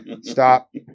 stop